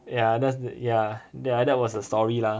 ya that's ya ya that was the story